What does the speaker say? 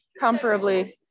comparably